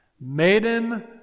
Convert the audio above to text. maiden